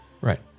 Right